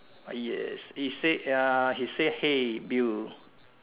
yes it said ya he said hey Bill